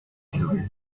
chevaux